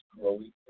growing